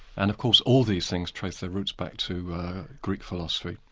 and of course all these things trace their roots back to greek philosophy,